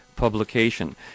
publication